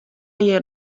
hjir